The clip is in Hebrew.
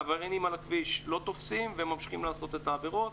עבריינים על הכביש לא תופסים והם ממשיכים לעשות את העבירות,